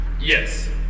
Yes